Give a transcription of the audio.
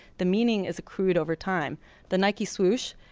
the meaning is accrued over time the nike swoosh?